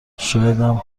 شایدم